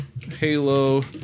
Halo